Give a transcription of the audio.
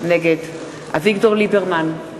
נגד אביגדור ליברמן,